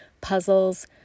puzzles